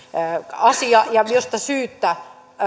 asia josta syytä